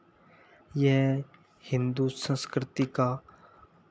ये हिन्दू संस्कृति का